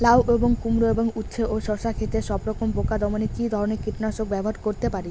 লাউ এবং কুমড়ো এবং উচ্ছে ও শসা ক্ষেতে সবরকম পোকা দমনে কী ধরনের কীটনাশক ব্যবহার করতে পারি?